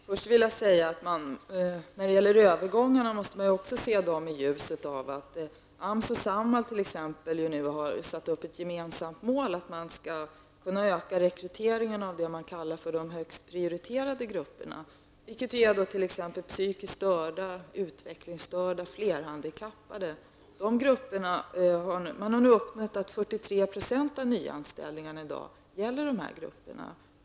Herr talman! Övergångarna måste ses i ljuset av att AMS och Samhall har satt upp det gemensamma målet att man skall kunna öka rekryteringen av vad man kallar de högst prioriterade grupperna, t.ex. de psykiskt störda, utvecklingsstörda och flerhandikappade. Man har uppmätt att 43 % av nyanställningarna i dag gäller dessa grupper.